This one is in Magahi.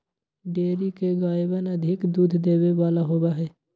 डेयरी के गायवन अधिक दूध देवे वाला होबा हई